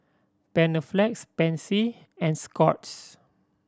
Panaflex Pansy and Scott's